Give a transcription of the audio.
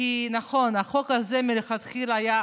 כי נכון, החוק הזה מלכתחילה היה